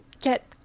get